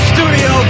Studio